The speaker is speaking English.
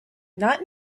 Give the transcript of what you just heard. not